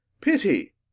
Pity